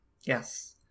Yes